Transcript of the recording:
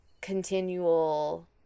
continual